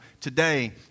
Today